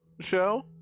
show